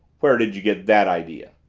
where did you get that idea?